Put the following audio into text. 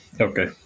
Okay